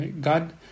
God